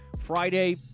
Friday